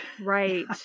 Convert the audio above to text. Right